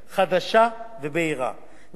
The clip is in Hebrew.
נוסחת השילוב מביאה בחשבון סכומים